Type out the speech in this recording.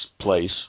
place